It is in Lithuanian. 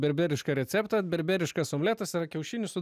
berberiška receptą berberiškas omletas yra kiaušinius su